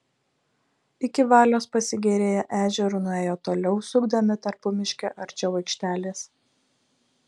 iki valios pasigėrėję ežeru nuėjo toliau sukdami tarpumiške arčiau aikštelės